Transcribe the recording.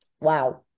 Wow